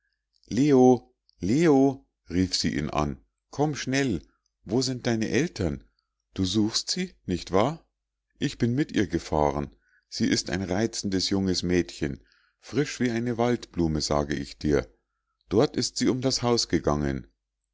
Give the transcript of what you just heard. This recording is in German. leo rief sie ihn an komm schnell wo sind deine eltern du suchst sie nicht wahr ich bin mit ihr gefahren sie ist ein reizendes junges mädchen frisch wie eine waldblume sage ich dir dort ist sie um das haus gegangen